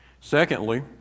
Secondly